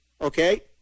okay